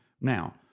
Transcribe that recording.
Now